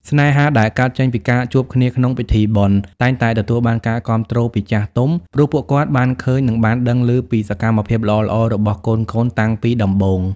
ស្នេហាដែលកើតចេញពីការជួបគ្នាក្នុងពិធីបុណ្យ តែងតែទទួលបានការគាំទ្រពីចាស់ទុំ ព្រោះពួកគាត់បានឃើញ និងបានដឹងឮពីសកម្មភាពល្អៗរបស់កូនៗតាំងពីដំបូង។